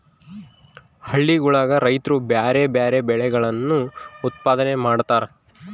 ಹಳ್ಳಿಗುಳಗ ರೈತ್ರು ಬ್ಯಾರೆ ಬ್ಯಾರೆ ಬೆಳೆಗಳನ್ನು ಉತ್ಪಾದನೆ ಮಾಡತಾರ